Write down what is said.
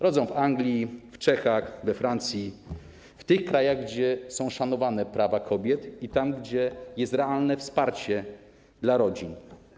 Rodzą w Anglii, w Czechach, we Francji, w tych krajach, gdzie są szanowane prawa kobiet, i tam, gdzie jest realne wsparcie dla rodzin.